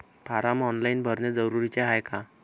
Form online भरने जरुरीचे हाय का?